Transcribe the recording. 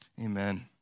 Amen